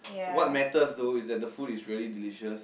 so what matters though is that the food is really delicious